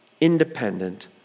independent